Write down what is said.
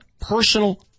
personal